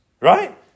right